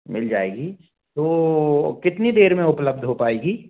मिल जाएगी तो कितनी देर में उपलब्ध हो पाएगी